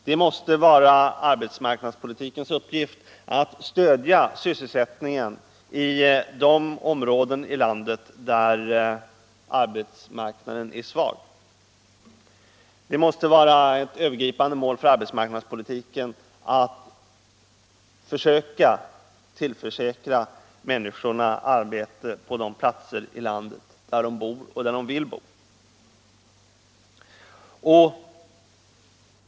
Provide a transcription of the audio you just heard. Det måste vara arbetsmarknadspolitikens uppgift att stödja sysselsättningen i de områden i landet där arbetsmarknaden är svag. Det måste vara ett övergripande mål för arbetsmarknadspolitiken att försöka tillförsäkra människorna arbete på de platser i landet där de bor och där de vill bo.